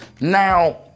Now